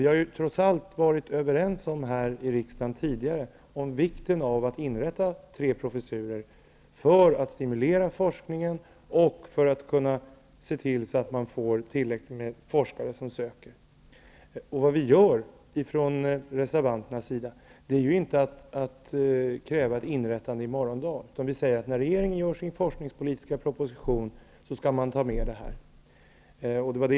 Vi har trots allt varit överens här i riksdagen tidigare om vikten av att inrätta tre professurer för att stimulera forskningen och för att få tillräckligt med forskare. Vi reservanter har ju inte krävt ett inrättande i morgon dag. Vi säger att när regeringen skriver sin forskningspolitiska proposition, skall man ta med detta.